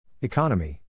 Economy